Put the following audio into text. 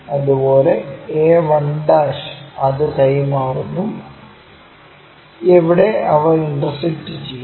അതുപോലെ a1 അത് കൈമാറുന്നു എവിടെ അവ ഇന്റർസെക്ക്ട് ചെയ്യുന്നു